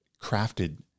crafted